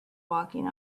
walking